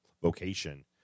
vocation